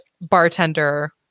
bartender